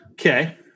okay